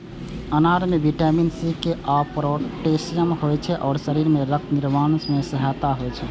अनार मे vitamin C, K आ पोटेशियम होइ छै आ शरीर मे रक्त निर्माण मे सहायक होइ छै